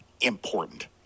important